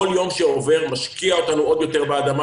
כל יום שעובר משקיע אותנו עוד יותר באדמה